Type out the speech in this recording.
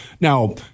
Now